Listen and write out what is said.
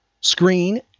screen